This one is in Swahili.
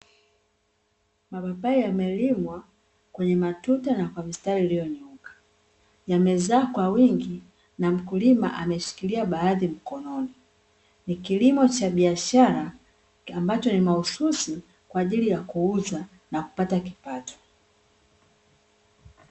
Mapapai yamelimwa kwenye matuta na kwa mistari iliyonyooka. Yamezaa kwa wingi na mkulima ameshikilia baadhi mkononi. Ni kilimo cha biashara ambacho ni mahususi kwa ajili ya kuuza na kupata kipato.